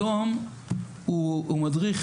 היום הוא מדריך